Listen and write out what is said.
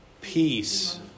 Peace